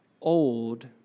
old